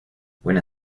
buena